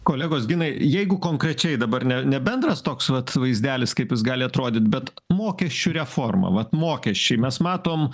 kolegos ginai jeigu konkrečiai dabar ne ne bendras toks vat vaizdelis kaip jis gali atrodyt bet mokesčių reforma vat mokesčiai mes matom